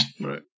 Right